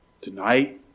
Tonight